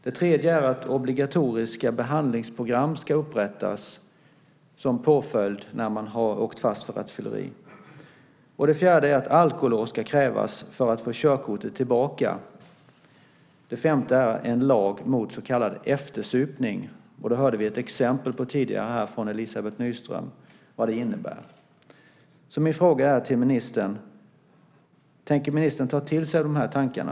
Det tredje är att obligatoriska behandlingsprogram ska upprättas som påföljd när man har åkt fast för rattfylleri. Det fjärde är att alkolås ska krävas för att få körkortet tillbaka. Det femte är en lag mot så kallad eftersupning. Det hörde vi ett exempel på tidigare här från Elizabeth Nyström vad det innebär. Min fråga till ministern är: Tänker ministern ta till sig de här tankarna?